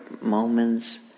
moments